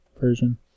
version